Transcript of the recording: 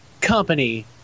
company